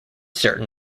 certain